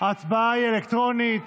ההצבעה היא אלקטרונית,